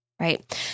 right